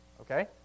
Okay